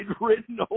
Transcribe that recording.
written